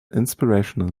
inspirational